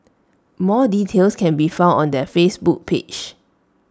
more details can be found on their Facebook page